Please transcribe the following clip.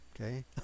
Okay